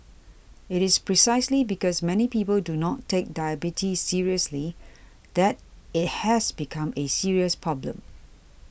it is precisely because many people do not take diabetes seriously that it has become a serious problem